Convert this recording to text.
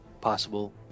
possible